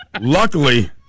Luckily